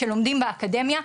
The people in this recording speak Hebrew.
שלומדים באקדמיה,